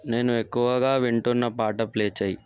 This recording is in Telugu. నేను ఎక్కువగా వింటున్న పాట ప్లే చెయ్